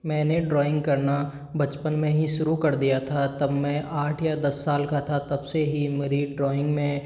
मैंने ड्रोइंग करना बचपन में ही शुरू कर दिया था तब मैं आठ या दस साल का था तब से ही मेरी ड्रोइंग में